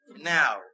Now